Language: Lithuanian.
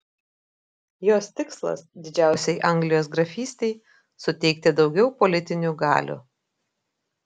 jos tikslas didžiausiai anglijos grafystei suteikti daugiau politinių galių